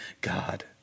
God